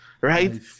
right